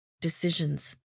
decisions